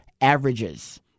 averages